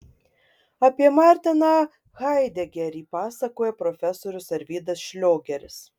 apie martiną haidegerį pasakoja profesorius arvydas šliogeris